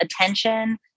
attention